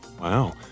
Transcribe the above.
Wow